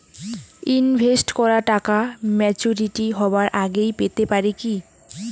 Invest করা টাকা maturity হবার আগেই পেতে পারি কি?